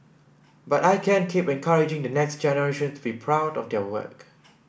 but I can keep encouraging the next generation to be proud of their work